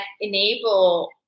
enable